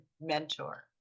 mentor